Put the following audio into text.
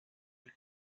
into